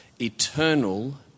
eternal